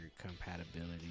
compatibility